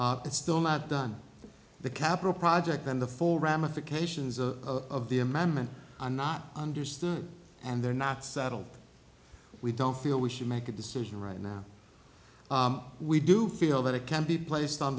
finds it's still not done the capital project and the full ramifications of of the amendment are not understood and they're not settled we don't feel we should make a decision right now we do feel that it can be placed on